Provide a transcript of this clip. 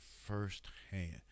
firsthand